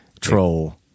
troll